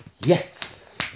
yes